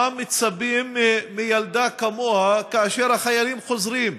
מה מצפים מילדה כמוה כאשר החיילים חוזרים?